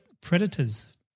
Predators